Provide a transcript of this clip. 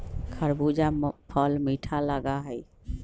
खरबूजा फल मीठा लगा हई